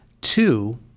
two